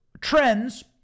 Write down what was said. trends